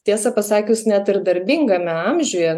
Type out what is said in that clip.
tiesą pasakius net ir darbingame amžiuje